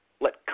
Let